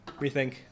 Rethink